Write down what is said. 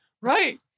Right